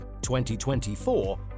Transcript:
2024